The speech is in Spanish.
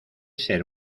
ser